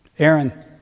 Aaron